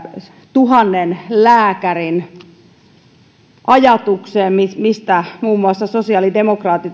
tuhannen lääkärin ajatuksesta mistä muun muassa sosiaalidemokraatit